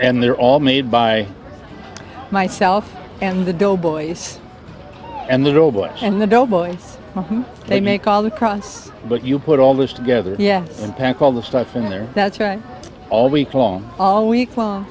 and they're all made by myself and the dough boys and the robot and the doughboy they make all the cross but you put all this together yeah and pack all the stuff in there that's right all week long all week long